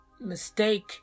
mistake